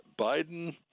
Biden